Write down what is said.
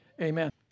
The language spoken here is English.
amen